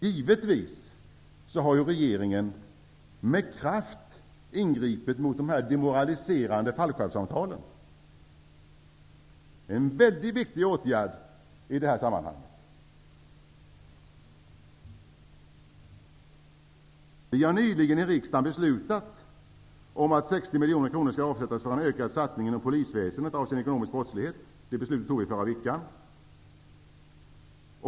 Givetvis har regeringen med kraft ingripit mot de demoraliserande fallskärmsavtalen. Det är en mycket viktig åtgärd. Vi har nyligen i riksdagen beslutat att 60 miljoner kronor skall avsättas för en ökad satsning inom polisväsendet avseende ekonomisk brottslighet -- det beslutet fattade vi förra veckan.